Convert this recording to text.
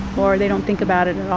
or they don't think about it